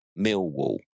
Millwall